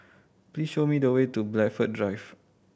please show me the way to Blandford Drive